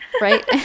right